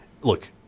Look